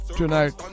tonight